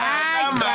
די כבר.